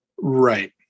Right